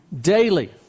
daily